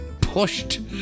pushed